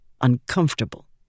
uncomfortable